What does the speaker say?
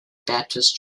baptist